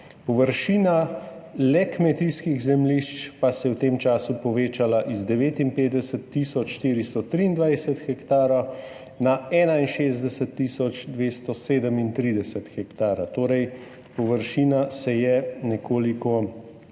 površina le kmetijskih zemljišč pa se je v tem času povečala iz 59 tisoč 423 hektarov na 61 tisoč 237 hektarov, torej površina se je nekoliko povečala.